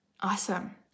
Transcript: Awesome